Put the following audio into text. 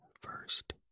first